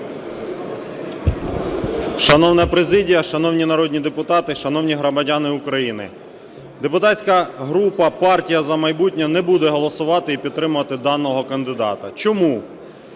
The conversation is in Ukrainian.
Шановна президія, шановні народні депутати, шановні громадяни України! Депутатська група "Партія "За майбутнє" не буде голосувати і підтримувати даного кандидата. Чому?